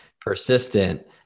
persistent